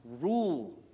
rule